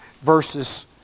versus